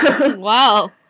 Wow